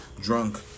Drunk